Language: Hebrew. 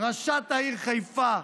ראשת העיר חיפה,